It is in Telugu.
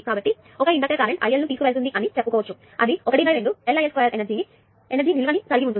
కాబట్టి దాని నుండి ఒక ఇండక్టర్ కరెంట్IL ను తీసుకువెళ్తుంది అని చెప్పుకోవచ్చు అది 12LIL2 ఎనర్జీ నిల్వ ని కలిగి ఉంటుంది